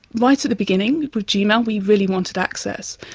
right at the beginning with gmail we really wanted access.